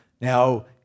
Now